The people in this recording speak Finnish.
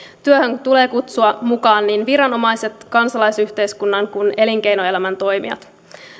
työhön tulee kutsua mukaan niin viranomaiset kuin kansalaisyhteiskunnan ja elinkeinoelämän toimijat